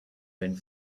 went